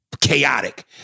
chaotic